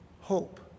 hope